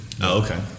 okay